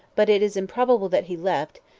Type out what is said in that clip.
but it is improbable that he left,